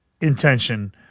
intention